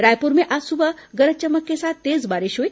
रायपुर में आज सुबह गरज चमक के साथ तेज बारिश हुई